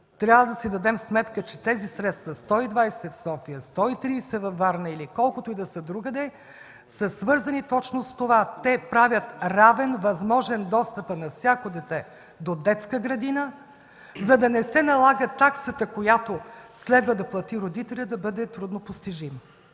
трябва да си дадем сметка, че тези средства: 120 – в София, 130 – във Варна, или колкото и да са другаде, са свързани точно с това – те правят равен, възможен достъпа на всяко дете до детска градина, за да не се налага таксата, която следва да плати родителят, да бъде трудно постижима.